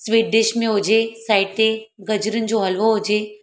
sweet dish में हुजे side ते गजरुनि जो हलवो हुजे